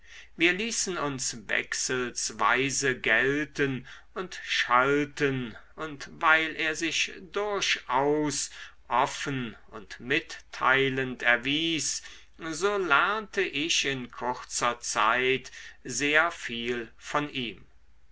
wir ließen uns wechselsweise gelten und schalten und weil er sich durchaus offen und mitteilend erwies so lernte ich in kurzer zeit sehr viel von ihm